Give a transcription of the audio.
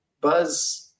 buzz